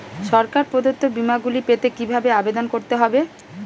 সরকার প্রদত্ত বিমা গুলি পেতে কিভাবে আবেদন করতে হবে?